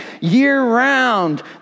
Year-round